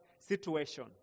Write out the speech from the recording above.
situation